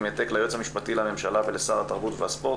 עם העתק ליועץ המשפטי לממשלה ולשר התרבות והספורט.